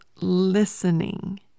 listening